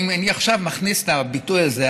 אם אני עכשיו מכניס את הביטוי הזה,